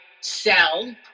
sell